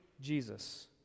Jesus